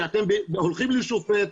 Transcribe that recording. כשאתם הולכים לשופט,